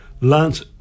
Lance